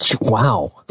Wow